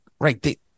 right